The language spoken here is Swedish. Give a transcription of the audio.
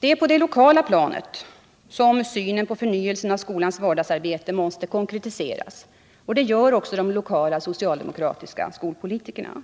Det är på det lokala planet synen på förnyelsen av skolans vardagsarbete måste konkretiseras, och det gör också de lokala socialdemokratiska skolpolitikerna.